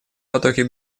потоки